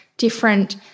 different